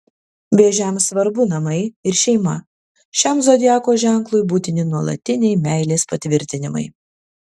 vėžiams svarbu namai ir šeima šiam zodiako ženklui būtini nuolatiniai meilės patvirtinimai